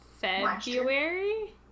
February